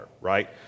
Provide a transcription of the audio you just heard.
right